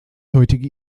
heutige